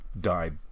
died